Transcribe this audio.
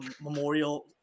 memorial